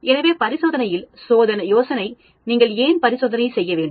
எனவே பரிசோதனையின் யோசனை நீங்கள் ஏன் பரிசோதனை செய்ய வேண்டும்